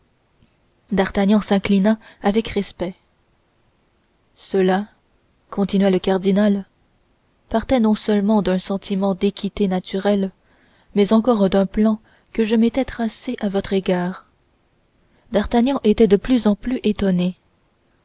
d'artagnan s'inclina avec respect cela continua le cardinal partait non seulement d'un sentiment d'équité naturelle mais encore d'un plan que je m'étais tracé à votre égard d'artagnan était de plus en plus étonné